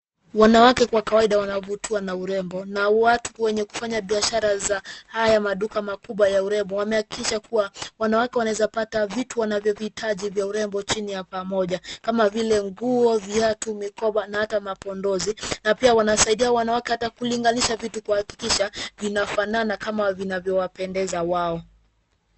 Wanawake kwa kawaida wanavutiwa na urembo na watu wenye kufanya biashara za haya maduka makubwa ya urembo wamehakikisha kuwa wanawake wanaweza pata vitu wanavyovihitaji vya urembo chini ya pamoja kama vile nguo, viatu mikoba na hata mapodozi na pia wanasaidia wanawake hata kulinganisha vitu kuhakikisha vinafanana kama vinavyowapendeza wao.